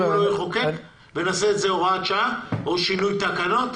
לא יחוקק ונעשה את זה הוראת שעה או שינוי תקנות.